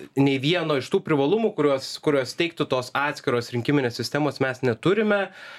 nei vieno iš tų privalumų kurios kurios teiktų tos atskiros rinkiminės sistemos mes neturime